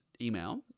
email